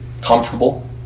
comfortable